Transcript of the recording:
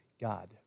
God